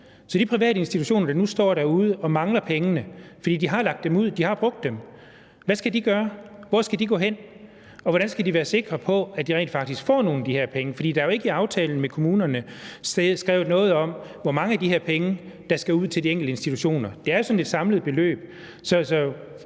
de private institutioner, der nu står derude og mangler pengene, fordi de har lagt dem ud, fordi de har brugt dem, gøre? Hvor skal de gå hen? Og hvordan skal de være sikre på, at de rent faktisk får nogle af de her penge? For der er jo ikke i aftalen med kommunerne skrevet noget om, hvor mange af de her penge der skal ud til de enkelte institutioner; det er sådan et samlet beløb.